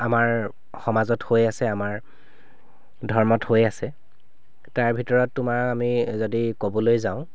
আমাৰ সমাজত হৈ আছে আমাৰ ধৰ্মত হৈ আছে তাৰে ভিতৰত তোমাৰ আমি যদি ক'বলৈ যাওঁ